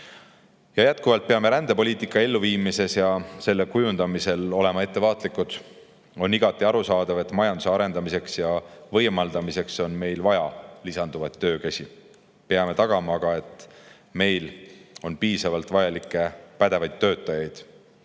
Jätkuvalt peame rändepoliitika elluviimisel ja selle kujundamisel olema ettevaatlikud. On igati arusaadav, et majanduse arendamiseks ja võimendamiseks on meil vaja lisanduvaid töökäsi. Me peame tagama, et meil oleks piisavalt vajalikke pädevaid töötajaid.